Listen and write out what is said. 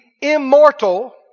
immortal